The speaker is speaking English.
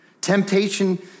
Temptation